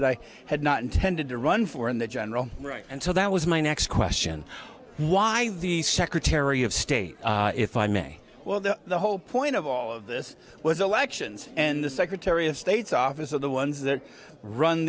that i had not intended to run for in the general and so that was my next question why the secretary of state if i may well the whole point of all of this was elections and the secretary of state's office of the ones that run